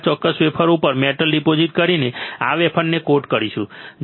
આપણે આ ચોક્કસ વેફર ઉપર મેટલ ડિપોઝિટ કરીને આ વેફરને કોટ કરીશું